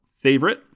favorite